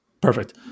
Perfect